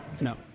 No